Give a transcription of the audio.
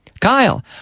Kyle